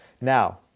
Now